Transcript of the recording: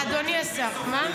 אדוני השר, מה?